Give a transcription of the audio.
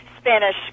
spanish